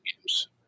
games